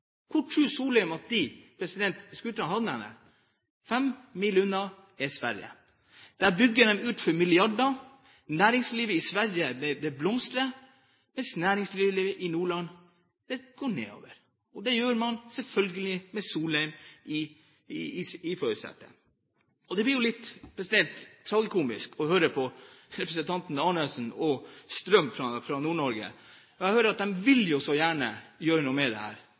Hvor tror Solheim at de scooterne havner hen? Fem mil unna er Sverige. Der bygger de ut for milliarder – næringslivet i Sverige blomstrer, mens næringslivet i Nordland går nedover. Det gjør det, selvfølgelig, med Solheim i førersetet. Det blir litt tragikomisk å høre på representantene Arnesen og Strøm fra Nord-Norge. Jeg hører at de vil jo så gjerne gjøre noe med